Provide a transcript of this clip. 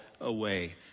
away